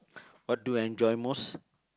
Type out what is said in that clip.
what you enjoy most